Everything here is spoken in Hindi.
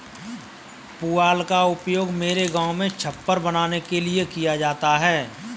पुआल का उपयोग मेरे गांव में छप्पर बनाने के लिए किया जाता है